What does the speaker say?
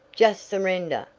just surrender,